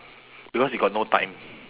because you got no time